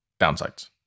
downsides